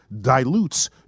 dilutes